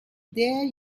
there